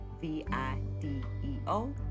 V-I-D-E-O